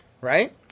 right